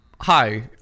hi